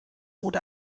wurde